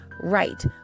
right